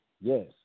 yes